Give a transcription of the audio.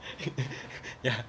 ya